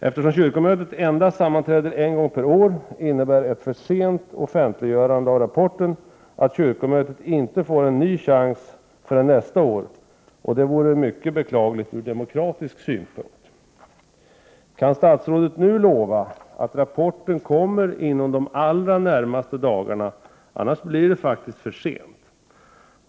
Eftersom kyrkomötet sammanträder endast en gång per år innebär ett för sent offentliggörande av rapporten att kyrkomötet inte får en ny chans förrän nästa år. Detta vore mycket beklagligt ur demokratisk synpunkt. Kan statsrådet lova att rapporten kommer inom de allra närmaste dagarna? Annars blir det faktiskt för sent.